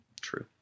true